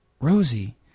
Rosie